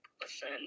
listen